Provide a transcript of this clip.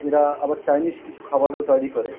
এরা আবার চাইনিজ কিছু খাবারও তৈরি করে